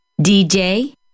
DJ